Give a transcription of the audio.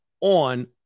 on